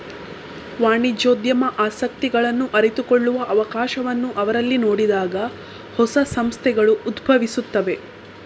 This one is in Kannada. ವಾಣಿಜ್ಯೋದ್ಯಮ ಆಸಕ್ತಿಗಳನ್ನು ಅರಿತುಕೊಳ್ಳುವ ಅವಕಾಶವನ್ನು ಅವರಲ್ಲಿ ನೋಡಿದಾಗ ಹೊಸ ಸಂಸ್ಥೆಗಳು ಉದ್ಭವಿಸುತ್ತವೆ